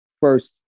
first